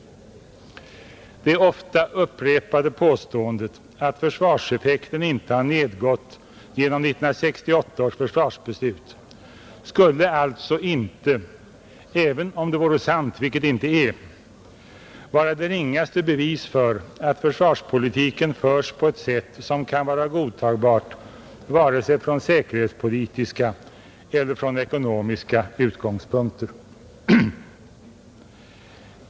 Det ofta upprepade påståendet att försvarseffekten inte har nedgått genom 1968 års försvarsbeslut skulle alltså inte — även om det vore sant, vilket det inte är — vara det ringaste bevis för att försvarspolitiken förs på ett sätt som kan vara godtagbart vare sig från säkerhetspolitiska eller från ekonomiska utgångspunkter.